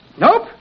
Nope